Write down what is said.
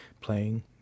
playing